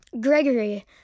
Gregory